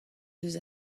deus